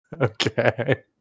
Okay